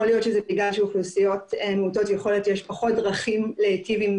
יכול להיות שבגלל שלאוכלוסיות מעוטות יכולת יש פחות דרכים להיטיב עם